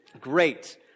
Great